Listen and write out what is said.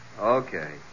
Okay